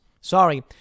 Sorry